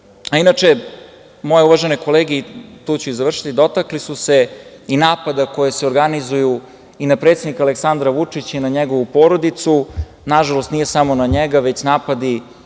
skrnavi. Moje uvažene kolege, tu ću i završiti, dotakle su se i napada koji se organizuju i na predsednika Aleksandra Vučića i na njegovu porodicu. Nažalost, nisu samo na njega, već se napadi